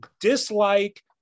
dislike